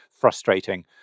frustrating